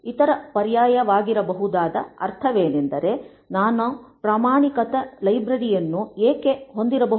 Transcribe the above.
ಇತರ ಪರ್ಯಾಯವಾಗಿರಬಹುದಾದ ಅರ್ಥವೇನೆಂದರೆ ನಾನು ಪ್ರಮಾಣಿತ ಲೈಬ್ರರಿಯನ್ನು ಏಕೆ ಹೊಂದಬಹುದಿತ್ತು